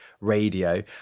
radio